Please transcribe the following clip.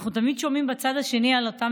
אנחנו תמיד שומעים בצד השני על אותם